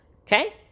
okay